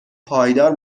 پایدار